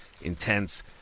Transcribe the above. intense